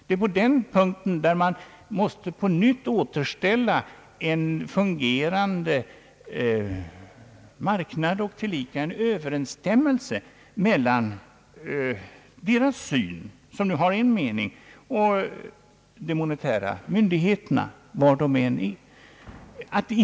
Det är i det avseendet som man på nytt måste få en fungerande marknad och tillika en överensstämmelse mellan dem som har en mening därom och de monetära myndigheterna, vilka har en annan.